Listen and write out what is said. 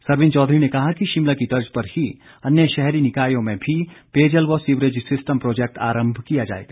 सरवीण चौधरी ने कहा कि शिमला की तर्ज पर ही अन्य शहरी निकायों में भी पेयजल व सीवरेज सिस्टम प्रोजैक्ट आरंभ किया जाएगा